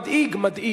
מדאיג.